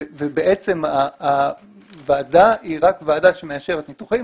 בעצם הוועדה היא רק ועדה שמאשרת ניתוחים,